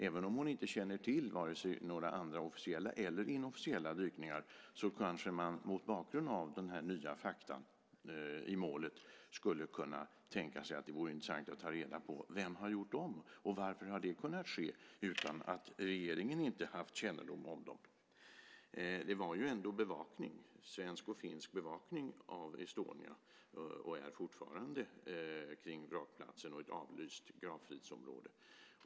Även om hon inte känner till några andra vare sig officiella eller inofficiella dykningar kanske man mot bakgrund av dessa nya fakta i målet skulle kunna tänka sig att det vore intressant att ta reda på vem som har gjort detta och varför det har kunnat ske utan att regeringen har haft kännedom om det. Det var ju ändå svensk och finsk bevakning kring Estonia, och är fortfarande, och vrakplatsen är ett avlyst gravfridsområde.